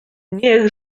niech